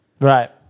Right